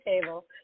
table